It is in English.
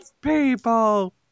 people